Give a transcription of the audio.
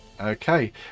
Okay